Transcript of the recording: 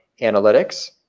analytics